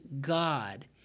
god